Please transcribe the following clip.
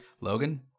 Logan